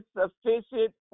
sufficient